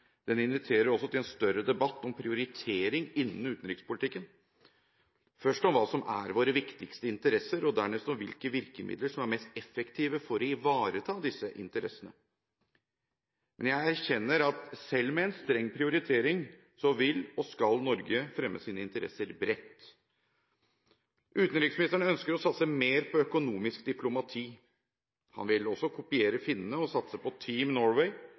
Den inviterer også til en større debatt om prioritering innen utenrikspolitikken, først av hva som er våre viktigste interesser, og dernest av hvilke virkemidler som er mest effektive for å ivareta disse interessene. Men jeg erkjenner at selv med en streng prioritering vil og skal Norge fremme sine interesser bredt. Utenriksministeren ønsker å satse mer på økonomisk diplomati. Han vil også kopiere finnene og satse på «Team Norway».